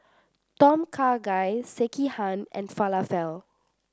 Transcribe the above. Tom Kha Gai Sekihan and Falafel